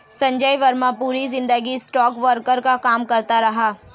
संजय वर्मा पूरी जिंदगी स्टॉकब्रोकर का काम करता रहा